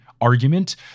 argument